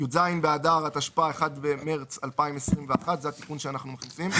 י"ז באדר התשפ"א (1 במרץ 2021)" זה התיקון שאנחנו מכניסים.